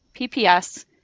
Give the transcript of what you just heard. PPS